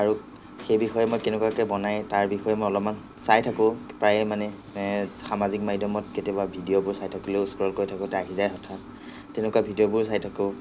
আৰু সেই বিষয়ে মই কেনেকুৱাকৈ বনাই তাৰ বিষয়ে মই অলপমান চাই থাকোঁ প্ৰায়ে মানে সামাজিক মাধ্যমত কেতিয়াবা ভিডিঅ'বোৰ চাই থাকিলেও স্ক্ৰ'ল কৰি থাকিতে আহি যায় হঠাৎ তেনেকুৱা ভিডিঅ' চাই থাকোঁ